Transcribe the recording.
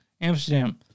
Amsterdam